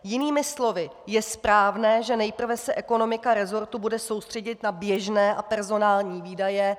Jinými slovy, je správné, že nejprve se ekonomika resortu bude soustředit na běžné a personální výdaje.